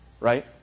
right